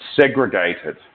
Segregated